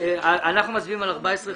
אנחנו מצביעים על סעיף 14,